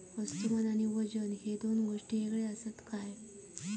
वस्तुमान आणि वजन हे दोन गोष्टी वेगळे आसत काय?